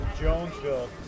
Jonesville